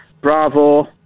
Bravo